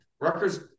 Rutgers